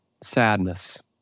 Sadness